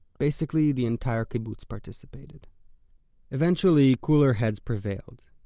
basically the entire kibbutz participated eventually cooler heads prevailed.